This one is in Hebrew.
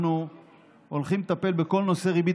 אנחנו הולכים לטפל בכל נושא ריבית